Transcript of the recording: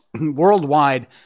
Worldwide